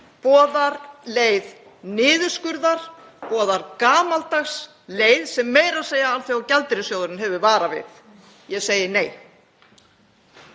boðar leið niðurskurðar, boðar gamaldags leið sem meira að segja Alþjóðagjaldeyrissjóðurinn hefur varað við. Ég segi nei.